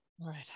right